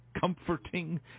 comforting